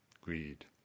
greed